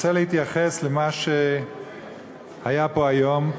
רוצה להתייחס למה שהיה פה היום,